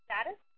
status